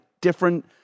different